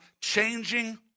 changing